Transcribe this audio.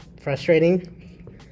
frustrating